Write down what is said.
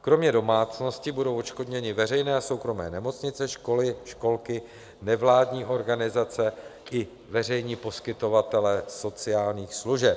Kromě domácností budou odškodněny veřejné a soukromé nemocnice, školy, školky, nevládní organizace i veřejní poskytovatelé sociálních služeb.